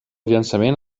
llançament